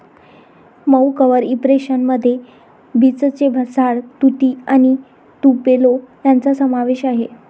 मऊ cover impression मध्ये बीचचे झाड, तुती आणि तुपेलो यांचा समावेश आहे